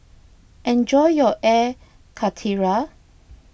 enjoy your Air Karthira